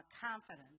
confidence